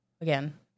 Again